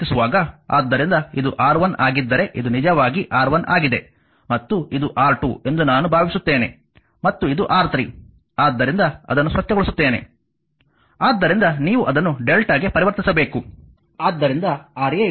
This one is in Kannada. ಆದ್ದರಿಂದ ಇದು R1 ಆಗಿದ್ದರೆ ಇದು ನಿಜವಾಗಿ R1 ಆಗಿದೆ ಮತ್ತು ಇದು R2 ಎಂದು ನಾನು ಭಾವಿಸುತ್ತೇನೆ ಮತ್ತು ಇದು R3 ಆದ್ದರಿಂದ ಅದನ್ನು ಸ್ವಚ್ಛಗೊಳಿಸುತ್ತೇನೆ ಆದ್ದರಿಂದ ನೀವು ಅದನ್ನು lrmΔ ಗೆ ಪರಿವರ್ತಿಸಬೇಕು